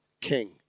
king